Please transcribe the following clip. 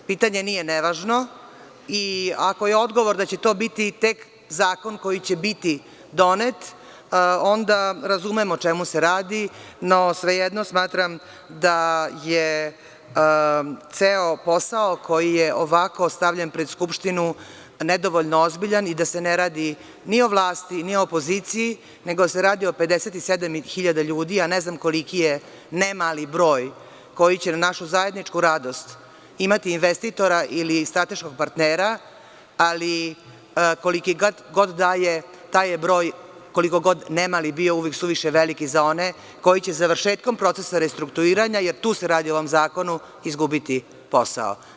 Pitanje nije nevažno i ako je odgovor da će to biti tek zakon koji će biti donet, onda razumem o čemu se radi, no svejedno, smatram da je ceo posao koji je ovako stavljen pred Skupštinu nedovoljno ozbiljan i da se ne radi ni o vlasti, ni o opoziciji, nego se radi o 57.000 ljudi, a ne znam koliki je nemali broj koji će na našu zajedničku radost imati investitora ili strateškog partnera, ali koliki god da je, taj je broj, koliko god ne mali bio, uvek suviše veliki za one koji će završetkom procesa restrukturiranja, jer tu se radi u ovom zakonu, izgubiti posao.